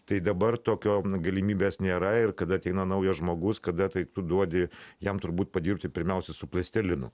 tai dabar tokio galimybės nėra ir kada ateina naujas žmogus kada tai tu duodi jam turbūt padirbti pirmiausia su plastelinu